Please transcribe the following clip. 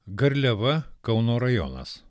garliava kauno rajonas